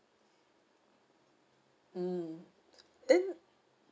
mm then